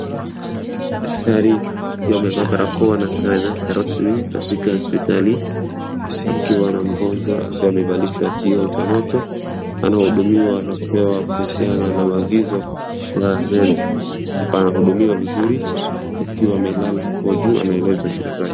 daktari amevaa barakoa na sare yake rasmi katika hospitali akiwa na mgonjwa akiwa amevalishwa kioo cha macho anahudumiwa na kupewa kuhusiana na maagizo ya meno kupangiliwa vizuri ,akiwa amelala hapo juu anaelezwa shida zake